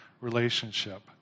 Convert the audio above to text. relationship